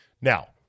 Now